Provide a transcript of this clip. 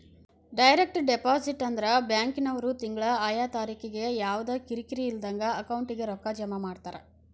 direct deposit ಅಂದ್ರ ಬ್ಯಾಂಕಿನ್ವ್ರು ತಿಂಗ್ಳಾ ಆಯಾ ತಾರಿಕಿಗೆ ಯವ್ದಾ ಕಿರಿಕಿರಿ ಇಲ್ದಂಗ ಅಕೌಂಟಿಗೆ ರೊಕ್ಕಾ ಜಮಾ ಮಾಡ್ತಾರ